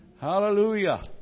Hallelujah